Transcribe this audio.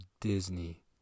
disney